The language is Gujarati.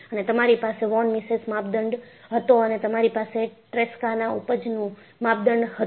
અને તમારી પાસે વોન મિસેસ માપદંડ હતો અને તમારી પાસે ટ્રેસ્કા ના ઊપજનું માપદંડ પણ હતું